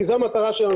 כי זו המטרה שלנו,